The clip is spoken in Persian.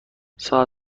ساعت